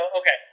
okay